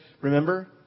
remember